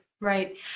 right